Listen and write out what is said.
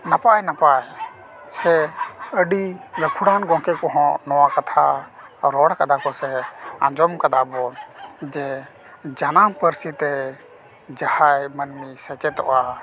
ᱱᱟᱯᱟᱭ ᱱᱟᱯᱟᱭ ᱥᱮ ᱟᱹᱰᱤ ᱜᱟᱠᱷᱩᱲᱟᱱ ᱜᱚᱢᱠᱮ ᱠᱚᱦᱚᱸ ᱱᱚᱣᱟ ᱠᱟᱛᱷᱟ ᱨᱚᱲ ᱠᱟᱫᱟ ᱠᱚ ᱥᱮ ᱟᱸᱡᱚᱢ ᱠᱟᱫᱟ ᱵᱚᱱ ᱡᱮ ᱡᱟᱱᱟᱢ ᱯᱟᱹᱨᱥᱤᱛᱮ ᱡᱟᱦᱟᱸᱭ ᱢᱟᱹᱱᱢᱤ ᱥᱮᱪᱮᱫᱚᱜᱼᱟ